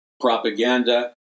propaganda